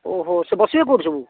ଓହୋ ସେ ବସିବେ କେଉଁଠି ସବୁ